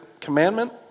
commandment